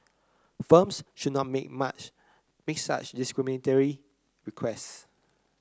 firms should not make much make such discriminatory requests